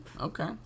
okay